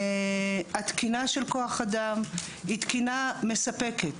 התקינה של כוח אדם היא תקינה מספקת.